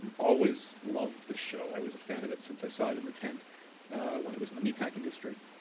always loved this show. i was a fan of it since i saw it in the tent when it was in the meatpacking district.